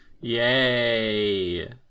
Yay